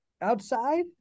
outside